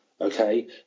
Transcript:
Okay